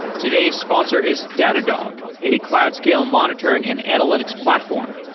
today's sponsor is datadog a cloud scale, monitoring and analytics platform.